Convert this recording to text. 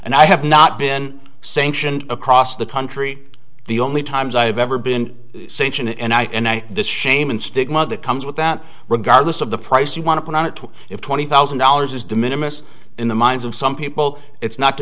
and i have not been sanctioned across the country the only times i have ever been sanctioned and i and i the shame and stigma that comes with that regardless of the price you want to put on it if twenty thousand dollars is de minimus in the minds of some people it's not to